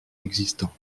existants